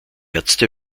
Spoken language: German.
ärzte